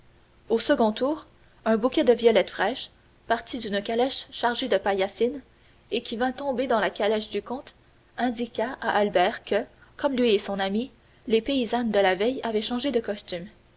au second tour un bouquet de violettes fraîches parti d'une calèche chargée de paillassines et qui vint tomber dans la calèche du comte indiqua à albert que comme lui et son ami les paysannes de la veille avaient changé de costume